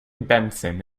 benson